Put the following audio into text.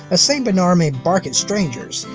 a st. bernard may bark at strangers,